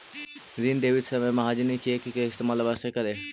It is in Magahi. ऋण देवित समय महाजनी चेक के इस्तेमाल अवश्य करऽ